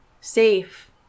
safe